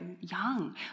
Young